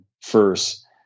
first